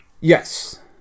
Yes